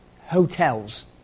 hotels